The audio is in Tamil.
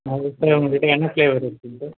இப்போ உங்கக்கிட்டே என்ன ஃப்ளேவர் இருக்குதுங்க சார்